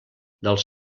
dels